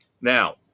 now